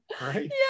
right